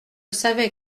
savais